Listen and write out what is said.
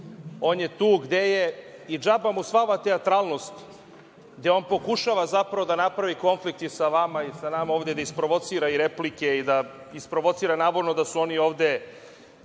on je tu gde je i džaba mu sva ova teatralnost, gde on pokušava zapravo da napravi konflikt i sa vama i sa nama, ovde da isprovocira i replike, da isprovocira navodno da su oni ovde